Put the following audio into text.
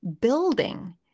building